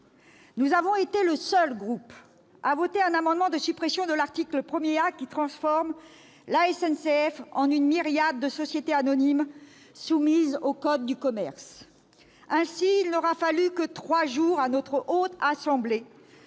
groupe a été le seul à voter un amendement de suppression de l'article 1 A, qui transforme la SNCF en une myriade de sociétés anonymes soumises au code du commerce. Ainsi, il n'aura fallu que trois jours à la Haute Assemblée